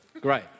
Great